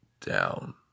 down